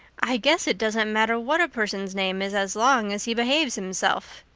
i guess it doesn't matter what a person's name is as long as he behaves himself,